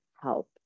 help